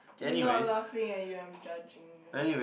not laughing at you I'm judging you